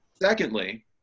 Secondly